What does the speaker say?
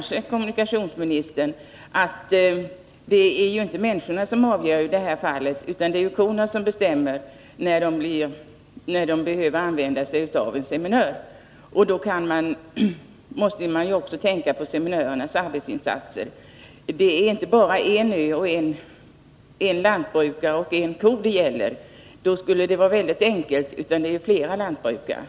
Kommunikationsministern vet kanske att det inte är människorna utan korna som bestämmer när en seminör behövs. Man måste också tänka på seminörernas arbetsinsatser. Det är inte bara en ö, en lantbrukare och en ko det gäller — då skulle det vara väldigt enkelt.